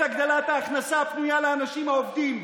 את הגדלת ההכנסה הפנויה לאנשים העובדים,